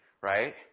right